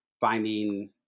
finding